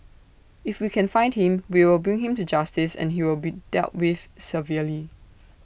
if we can find him we will bring him to justice and he will be dealt with severely